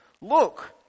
look